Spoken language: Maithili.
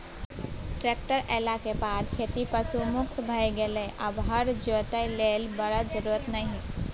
ट्रेक्टर एलाक बाद खेती पशु मुक्त भए गेलै आब हर जोतय लेल बरद जरुरत नहि